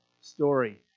story